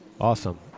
Awesome